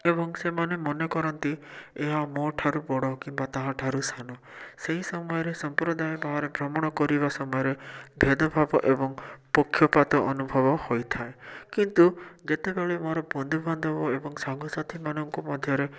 ଏବଂ ସେମାନେ ମନେ କରନ୍ତି ଏହା ମୋଠାରୁ ବଡ଼ କିମ୍ବା ତାହାଠାରୁ ସାନ ସେହି ସମୟରେ ସମ୍ପ୍ରଦାୟ ଭାବରେ ଭ୍ରମଣ କରିବା ସମୟରେ ଭେଦଭାବ ଏବଂ ପକ୍ଷପାତ ଅନୁଭବ ହୋଇଥାଏ କିନ୍ତୁ ଯେତେବେଳେ ମୋର ବନ୍ଧୁବାନ୍ଧବ ଏବଂ ସାଙ୍ଗସାଥିମାନଙ୍କୁ ମଧ୍ୟରେ